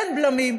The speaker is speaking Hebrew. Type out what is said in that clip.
אין בלמים,